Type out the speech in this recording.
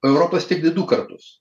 europos tiktai du kartus